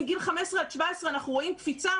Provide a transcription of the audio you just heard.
מגיל 15 עד 17 רואים קפיצה,